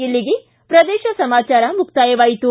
ಇಲ್ಲಿಗೆ ಪ್ರದೇಶ ಸಮಾಚಾರ ಮುಕ್ತಾಯವಾಯಿತು